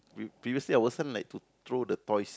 we previously our son like to throw the toys